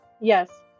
Yes